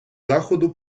заходу